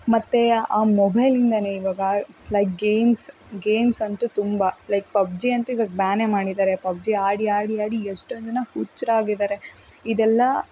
ಮತ್ತು ಆ ಮೊಬೈಲಿಂದನೇ ಇವಾಗ ಲೈಕ್ ಗೇಮ್ಸ್ ಗೇಮ್ಸ್ ಅಂತೂ ತುಂಬ ಲೈಕ್ ಪಬ್ಜಿ ಅಂತೂ ಇವಾಗ ಬ್ಯಾನೆ ಮಾಡಿದ್ದಾರೆ ಪಬ್ಜಿ ಆಡಿ ಆಡಿ ಆಡಿ ಎಷ್ಟೊಂದು ಜನ ಹುಚ್ಚರಾಗಿದ್ದಾರೆ ಇದೆಲ್ಲ